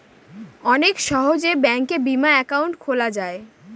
অনেক সহজে ব্যাঙ্কে বিমা একাউন্ট খোলা যায়